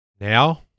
Now